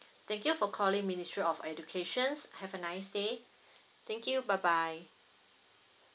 thank you for calling ministry of education have a nice day thank you bye bye